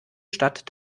stadt